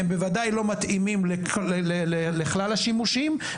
הם בוודאי לא מתאימים לכלל השימושים,